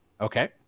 Okay